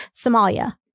Somalia